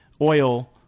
oil